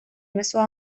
mezua